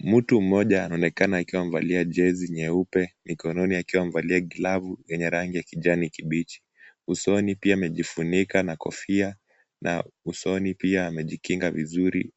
Mtu mmoja anaonekana akiwa amevalia jezi nyeupe, mikononi akiwa amevalia glavu yenye rangi ya kijani kibichi. Usoni pia amejifunika na kofia na usoni pia amejikinga vizuri